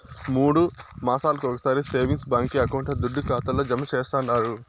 మూడు మాసాలొకొకసారి సేవింగ్స్ బాంకీ అకౌంట్ల దుడ్డు ఖాతాల్లో జమా చేస్తండారు